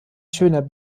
schöner